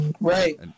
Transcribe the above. Right